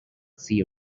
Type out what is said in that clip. tse